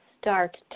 start